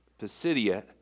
Pisidia